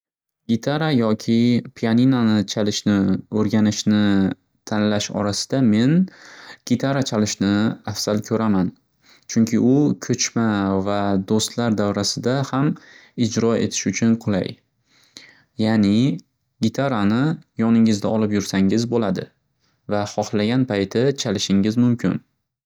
Gitara yoki pianinani chalishni o'rganishni tanlash orasida men gitara chalishni afzal ko'raman. Chunki u ko'chma va do'stlar davrasida ham ijro etish uchun qulay. Ya'ni, gitarani yoningizda olb yursangiz bo'ladi va xoxlagan payti chalishingiz mumkin.